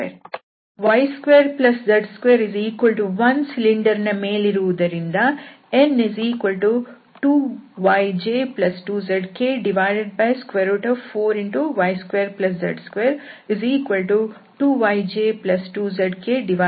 y2z21ಸಿಲಿಂಡರ್ ನ ಮೇಲಿರುವುದರಿಂದ n2yj2zk4y2z22yj2zk2yjzk